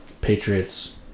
Patriots